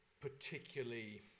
particularly